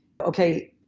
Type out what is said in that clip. okay